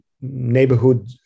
neighborhood